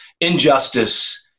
injustice